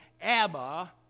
Abba